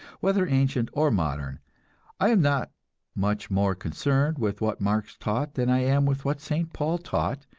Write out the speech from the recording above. whether ancient or modern i am not much more concerned with what marx taught than i am with what st. paul taught,